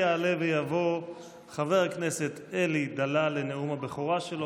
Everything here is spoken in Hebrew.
יעלה ויבוא חבר הכנסת אלי דלל לנאום הבכורה שלו.